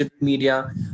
media